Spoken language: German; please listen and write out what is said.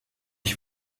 ich